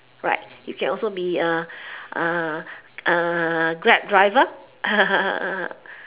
right you can also be grab driver